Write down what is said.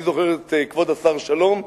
אני זוכר את כבוד השר שלום,